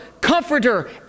comforter